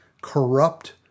corrupt